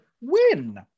win